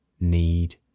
need